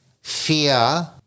Fear